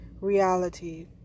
reality